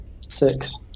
six